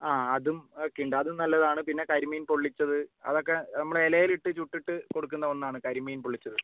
ആ അതും ഒക്കെ ഉണ്ട് അതും നല്ല ഇതാണ് പിന്നെ കരിമീൻ പൊള്ളിച്ചത് അതൊക്കെ നമ്മൾ ഇലയിൽ ഇട്ട് ചുട്ടിട്ട് കൊടുക്കുന്ന ഒന്ന് ആണ് കരിമീൻ പൊള്ളിച്ചത്